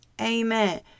Amen